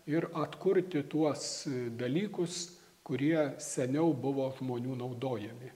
ir atkurti tuos dalykus kurie seniau buvo žmonių naudojami